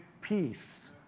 peace